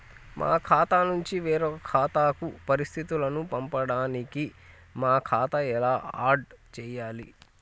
మా ఖాతా నుంచి వేరొక ఖాతాకు పరిస్థితులను పంపడానికి మా ఖాతా ఎలా ఆడ్ చేయాలి?